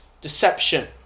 deception